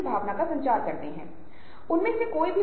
यह प्रभाव की सिर्फ एक श्रेणी है